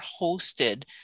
hosted